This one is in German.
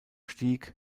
stieg